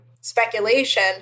speculation